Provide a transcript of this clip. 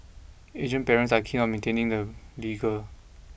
Asian parents are keen on maintaining the rigour